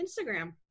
Instagram